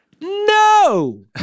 No